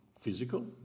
physical